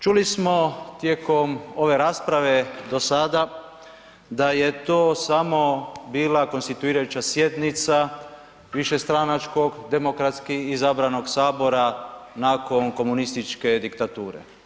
Čuli smo tijekom ove rasprave do sada da je to samo bila konstituirajuća sjednica višestranačkog, demokratski izabranog Sabora nakon komunističke diktature.